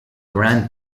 grand